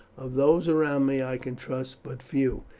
of those around me i can trust but few.